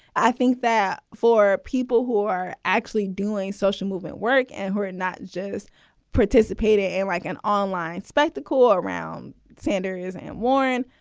i think that for people who are actually doing social movement work and who are not just participating participating in like an online spectacle around sanders and warren,